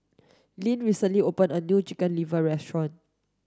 Lynn recently opened a new chicken liver restaurant